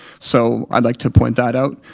so i'd like to point that out.